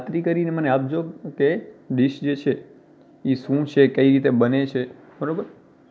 તો એ કરીને મને આપજો કે ડીશ જે છે એ શું છે કે કઈ રીતે બને છે બરાબર